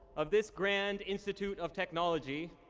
of this grand institute of technology,